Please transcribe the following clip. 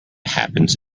happens